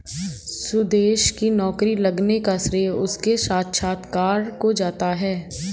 सुदेश की नौकरी लगने का श्रेय उसके साक्षात्कार को जाता है